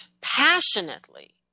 passionately